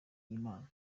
y’imana